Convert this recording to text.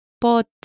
Pot